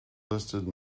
listed